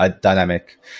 dynamic